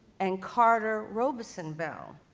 and carter robeson bell.